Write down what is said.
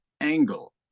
angle